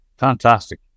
Fantastic